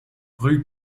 rue